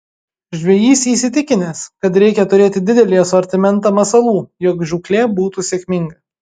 žvejys įsitikinęs kad reikia turėti didelį asortimentą masalų jog žūklė būtų sėkminga